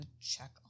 check